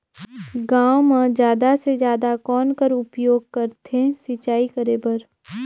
गांव म जादा से जादा कौन कर उपयोग करथे सिंचाई करे बर?